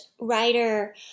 writer